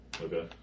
Okay